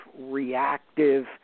reactive